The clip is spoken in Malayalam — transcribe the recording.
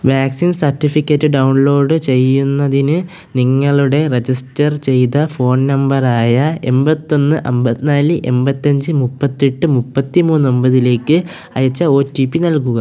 വാക്സിൻ സർട്ടിഫിക്കറ്റ് ഡൗൺലോഡ് ചെയ്യുന്നതിന് നിങ്ങളുടെ രജിസ്റ്റർ ചെയ്ത ഫോൺ നമ്പർ ആയ എൺപത്തൊന്ന് അമ്പത്തിനാല് എൺപത്തഞ്ച് മുപ്പത്തെട്ട് മുപ്പത്തി മൂന്ന് ഒമ്പതിലേക്ക് അയച്ച ഒ ടി പി നൽകുക